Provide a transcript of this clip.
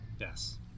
yes